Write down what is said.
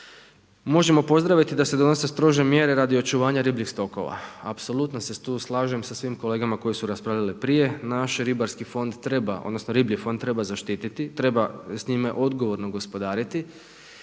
Možemo pozdraviti da se donose strože mjere radi očuvanja ribljih tokova. Apsolutno se tu slažem sa svim kolegama koji su raspravljali naše. Ribarski fond treba, odnosno riblji fond treba zaštititi, treba s njime odgovorno gospodariti